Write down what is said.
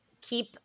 keep